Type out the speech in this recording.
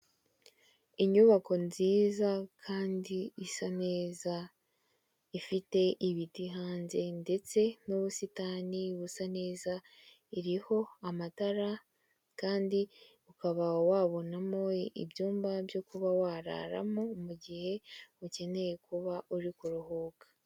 Inyubako nziza kandi isa neza, ifite ibiti hanze ndetse n'ubusitani busa neza iriho amatara kandi ukaba wabonamo ibyumba byo kuba wararamo mugihe ukeneye kuba uri kuruhuka.